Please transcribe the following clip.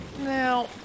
Now